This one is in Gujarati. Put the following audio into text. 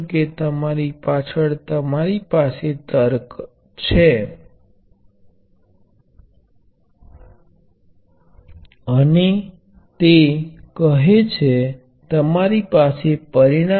આના દ્વારા તમે અર્થ કરો છો કે તેની મંજૂરી નથી